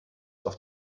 auf